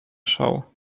show